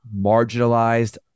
marginalized